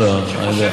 בדיוק.